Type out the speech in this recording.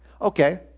Okay